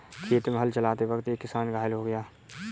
खेत में हल चलाते वक्त एक किसान घायल हो गया